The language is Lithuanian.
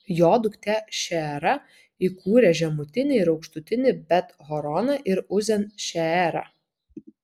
jo duktė šeera įkūrė žemutinį ir aukštutinį bet horoną ir uzen šeerą